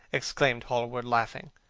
exclaimed hallward, laughing.